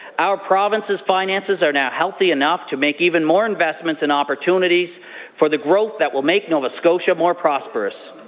our province's finances are now healthy enough to make even more investments in opportunities for the growth that will make nova scotia more prosperous.